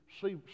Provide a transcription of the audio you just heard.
see